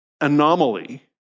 anomaly